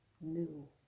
new